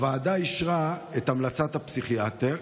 הוועדה אישרה את המלצת הפסיכיאטר,